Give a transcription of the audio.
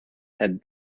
had